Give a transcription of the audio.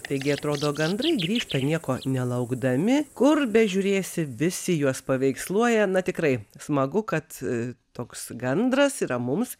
taigi atrodo gandrai grįžta nieko nelaukdami kur bežiūrėsi visi juos paveiksluoja na tikrai smagu kad toks gandras yra mums